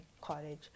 college